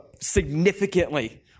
significantly